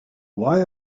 why